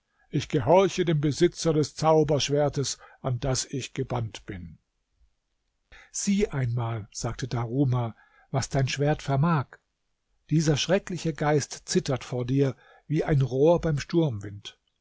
ich gehorche dem besitzer des zauberschwertes an das ich gebannt bin sieh einmal sagte daruma was dein schwert vermag dieser schreckliche geist zittert vor dir wie ein rohr beim sturmwind